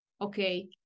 okay